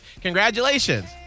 Congratulations